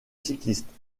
cyclistes